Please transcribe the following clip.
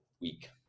week